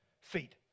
feet